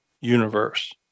universe